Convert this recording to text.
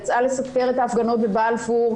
יצאה לסקר את ההפגנות בבלפור.